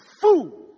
fool